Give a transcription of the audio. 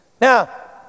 Now